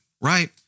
right